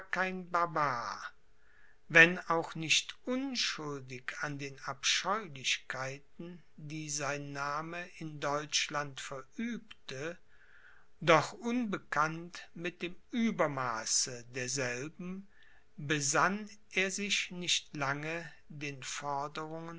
kein barbar wenn auch nicht unschuldig an den abscheulichkeiten die sein name in deutschland verübte doch unbekannt mit dem uebermaße derselben besann er sich nicht lange den forderungen